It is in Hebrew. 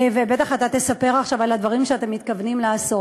ובטח אתה תספר עכשיו על הדברים שאתם מתכוונים לעשות.